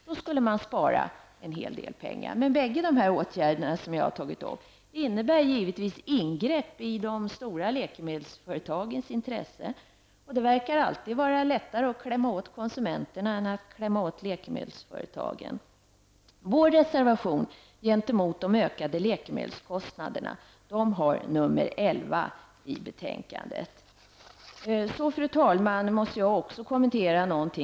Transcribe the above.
Då skulle man spara en hel del pengar. Men båda dessa åtgärder som jag har tagit upp innebär givetvis ingrepp i de stora läkemedelsföretagens intressen. Och det verkar alltid vara lättare att klämma åt konsumenterna än att klämma åt läkemedelsföretagen. I reservation 11 tar vi upp de ökade läkemedelskostnaderna. Jag måste också något kommentera FAS 90.